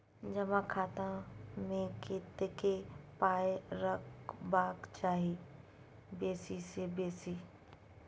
जमा खाता मे कतेक पाय रखबाक चाही बेसी सँ बेसी?